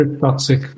toxic